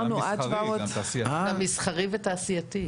גם מסחרי ותעשייתי.